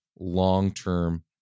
long-term